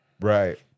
Right